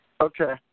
Okay